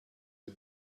are